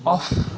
off